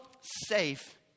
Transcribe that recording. safe